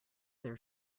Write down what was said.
their